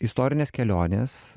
istorinės kelionės